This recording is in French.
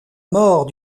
mort